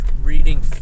reading